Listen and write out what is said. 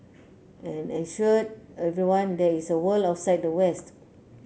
and assured everyone there is a world outside the west